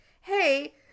hey